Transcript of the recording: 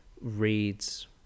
reads